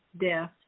death